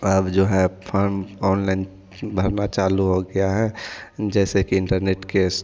अब जो है फार्म ऑनलाइन भरना चालू हो गया है जैसे कि इंटरनेट केस